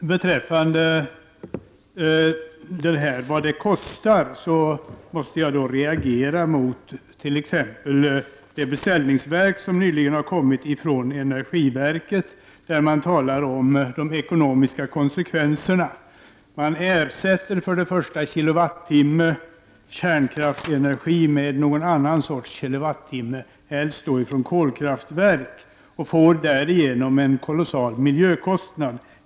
Beträffande frågan om vad det kostar att avveckla kärnkraften måste jag reagera mot det beställningsverk som nyligen har kommit från energiverket. I det talas om de ekonomiska konsekvenserna. Man ersätter kilowattimme kärnkraftsenergi med något annat slags kilowattimme, helst från kolkraftverk. Därmed får man en kolossal miljökostnad.